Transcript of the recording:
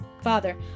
Father